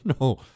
no